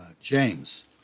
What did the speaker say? James